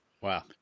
Wow